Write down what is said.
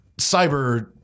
cyber